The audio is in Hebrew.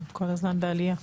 כל הזמן בעלייה.